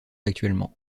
actuellement